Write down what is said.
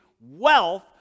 wealth